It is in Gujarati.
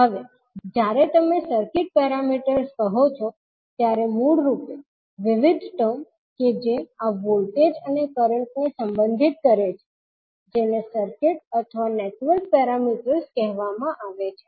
હવે જ્યારે તમે સર્કિટ પેરામીટર્સ કહો છો ત્યારે મૂળરૂપે વિવિધ ટર્મ કે જે આ વોલ્ટેજ અને કરંટને સંબંધિત કરે છે જેને સર્કિટ અથવા નેટવર્ક પેરામીટર્સ કહેવામાં આવે છે